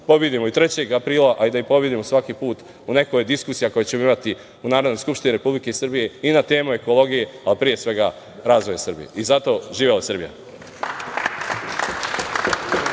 pobedimo i trećeg aprila, a i da ih pobedimo svaki put u nekoj od diskusija koje ćemo imati u Narodnoj skupštini Republike Srbije i na temu ekologije, a pre svega, razvoja Srbije. Zato, živela Srbija!